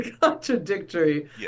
contradictory